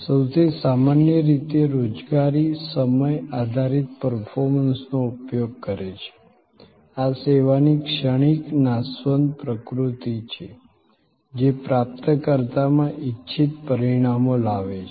સૌથી સામાન્ય રીતે રોજગારી સમય આધારિત પર્ફોર્મન્સનો ઉપયોગ કરે છે આ સેવાની ક્ષણિક નાશવંત પ્રકૃતિ છે જે પ્રાપ્તકર્તામાં ઇચ્છિત પરિણામો લાવે છે